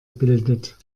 bildet